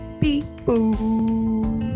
people